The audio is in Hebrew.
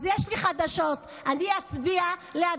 אז יש לי חדשות: אני אצביע להדחתך,